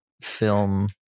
film